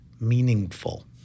meaningful